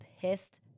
pissed